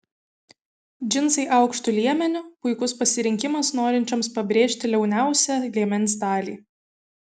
džinsai aukštu liemeniu puikus pasirinkimams norinčioms pabrėžti liauniausią liemens dalį